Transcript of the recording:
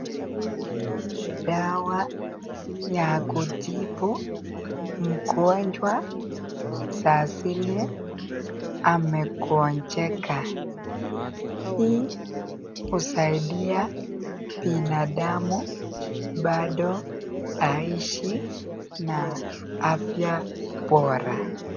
Hii ni dawa ya kutibu mgonjwa saa zile amegonjeka, hii usaidia binadamu bado aishi na afya bora.